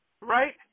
right